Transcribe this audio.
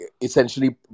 essentially